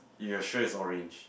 you are sure it's orange